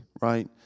right